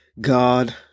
God